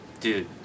Dude